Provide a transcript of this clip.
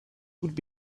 would